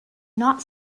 not